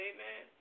Amen